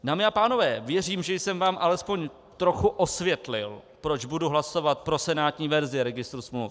Dámy a pánové, věřím, že jsem vám alespoň trochu osvětlil, proč budu hlasovat pro senátní verzi registru smluv.